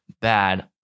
bad